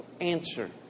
answer